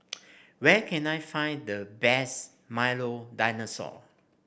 where can I find the best Milo Dinosaur